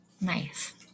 Nice